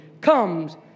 comes